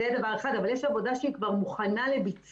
וזה דבר אחד, אבל יש עבודה שהיא כבר מוכנה לביצוע,